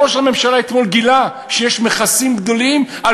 ראש הממשלה אתמול גילה שיש מכסים גדולים על